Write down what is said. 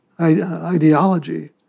ideology